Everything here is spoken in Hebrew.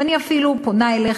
ואני אפילו פונה אליך.